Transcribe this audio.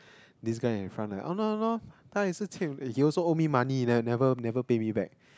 this guy in front oh no no no !hanor! !hanor! 他也是欠 he also owed me money then never never pay me back